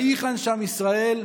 "ויִחן שם ישראל"